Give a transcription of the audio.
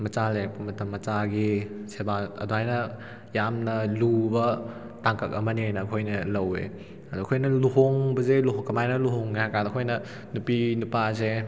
ꯃꯆꯥ ꯂꯩꯔꯛꯄ ꯃꯇꯝ ꯃꯆꯥꯒꯤ ꯁꯦꯕꯥ ꯑꯗꯨꯃꯥꯏꯅ ꯌꯥꯝꯅ ꯂꯨꯕ ꯇꯥꯡꯀꯛ ꯑꯃꯅꯦꯅ ꯑꯩꯈꯣꯏꯅ ꯂꯧꯋꯦ ꯑꯗꯣ ꯑꯩꯈꯣꯏꯅ ꯂꯨꯍꯣꯡꯕꯁꯦ ꯀꯃꯥꯏꯅ ꯂꯨꯍꯣꯡꯒꯦ ꯍꯥꯏꯔꯀꯥꯟꯗ ꯑꯩꯈꯣꯏꯅ ꯅꯨꯄꯤ ꯅꯨꯄꯥꯁꯦ